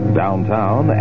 downtown